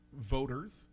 voters